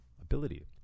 ability